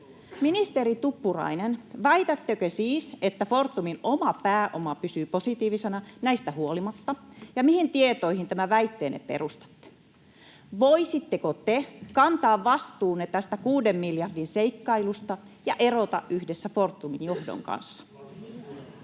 Ministeri Tuppurainen, väitättekö siis, että Fortumin oma pääoma pysyy positiivisena näistä huolimatta, ja mihin tietoihin tämän väitteenne perustatte? Voisitteko te kantaa vastuunne tästä 6 miljardin seikkailusta ja erota yhdessä Fortumin johdon kanssa?